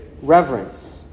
reverence